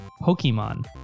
Pokemon